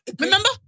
Remember